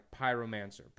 pyromancer